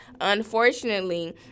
unfortunately